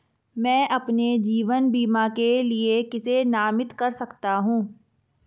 मैं अपने जीवन बीमा के लिए किसे नामित कर सकता हूं?